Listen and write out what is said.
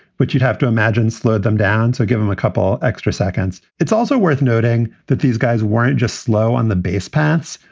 which you'd have to imagine slowed them down. so give them a couple extra seconds. it's also worth noting that these guys weren't just slow on the bass parts.